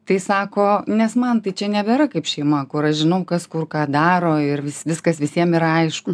tai sako nes man tai čia nebėra kaip šeima kur aš žinau kas kur ką daro ir viskas visiem yra aišku